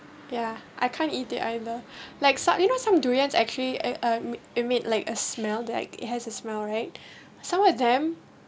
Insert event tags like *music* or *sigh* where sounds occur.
ya I can't eat it either *breath* like some you know some durian actually a a it make like a smell that it has a smell right *breath* somewhere then